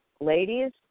Ladies